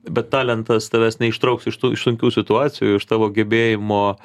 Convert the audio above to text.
bet talentas tavęs neištrauks iš tų iš sunkių situacijų iš tavo gebėjimo